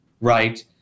right